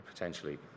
Potentially